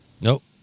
Nope